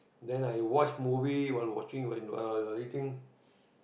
then I watch movie while watching while I eating